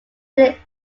readily